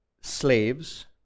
slaves